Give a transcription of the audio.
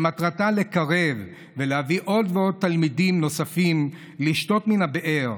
שמטרתה לקרב ולהביא עוד ועוד תלמידים לשתות מן הבאר,